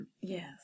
Yes